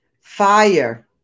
Fire